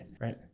Right